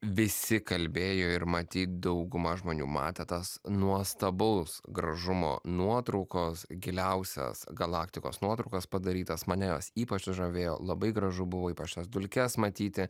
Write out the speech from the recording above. visi kalbėjo ir matyt dauguma žmonių matė tas nuostabaus gražumo nuotraukos giliausias galaktikos nuotraukas padarytas mane jos ypač sužavėjo labai gražu buvo ypač tas dulkes matyti